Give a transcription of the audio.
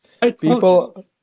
People